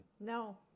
no